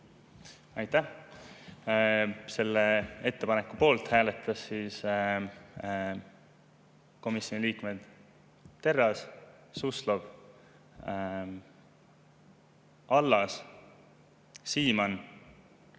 Aitäh! Selle ettepaneku poolt hääletasid komisjoni liikmed Terras, Suslov, Allas, Siemann,